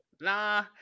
Nah